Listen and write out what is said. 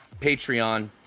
Patreon